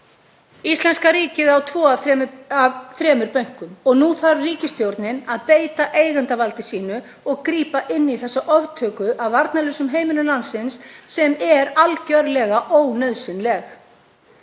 Íslenska ríkið á tvo af þremur bönkum og nú þarf ríkisstjórnin að beita eigendavaldi sínu og grípa inn í þessa oftöku af varnarlausum heimilum landsins sem er algjörlega ónauðsynleg.